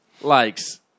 likes